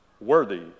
worthy